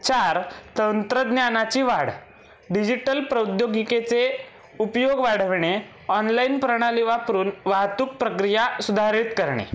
चार तंत्रज्ञानाची वाढ डिजिटल प्रौद्योगिकेचे उपयोग वाढविणे ऑनलाइन प्रणाली वापरून वाहतूक प्रक्रिया सुधारित करणे